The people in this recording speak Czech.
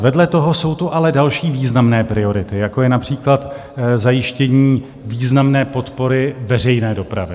Vedle toho jsou tu ale další významné priority, jako je například zajištění významné podpory veřejné dopravy.